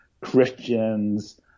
christians